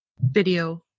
video